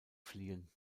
fliehen